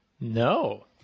No